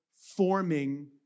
forming